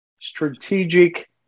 strategic